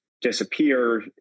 disappear